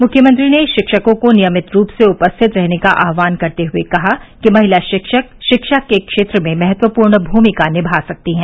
मुख्यमंत्री ने शिक्षकों को नियमित रूप से उपस्थित रहने का आहवान करते हुए कहा कि महिला शिक्षक शिक्षा के क्षेत्र में महत्वपूर्ण भूमिका निभा सकती है